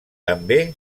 també